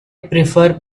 prefer